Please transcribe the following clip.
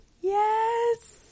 Yes